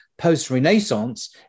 post-Renaissance